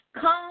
Come